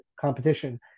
competition